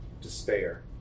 despair